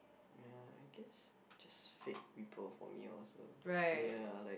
ya I guess it's just fake people for me lor so ya like